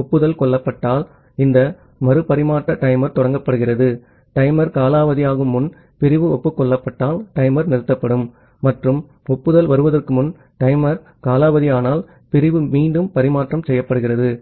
ஒப்புக் கொள்ளப்பட்டால் இந்த மறு பரிமாற்ற டைமர் தொடங்கப்படுகிறது டைமர் காலாவதியாகும் முன் பிரிவு ஒப்புக் கொள்ளப்பட்டால் டைமர் நிறுத்தப்படும் மற்றும் ஒப்புதல் வருவதற்கு முன்பு டைமர் காலாவதியானால் பிரிவு மீண்டும் பரிமாற்றம் செய்யப்படுகிறது